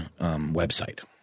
website